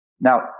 Now